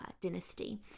dynasty